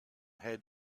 had